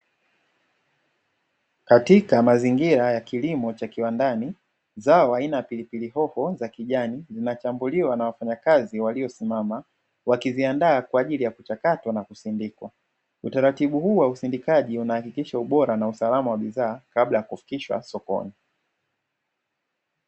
Katika mazingira ya kilimo cha kiwandani zao aina ya pilipili hoho za kijani, zinachambuliwa na wafanyakazi waliosimama wakiziandaa kwa ajili ya kuchakatwa na kusindikwa, utaratibu huu wa usindikaji unahakikisha ubora na usalama wa bidhaa kabla ya kufikishwa sokoni.